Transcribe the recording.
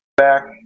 back